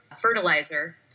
fertilizer